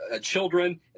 children